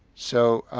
so